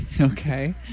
Okay